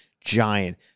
giant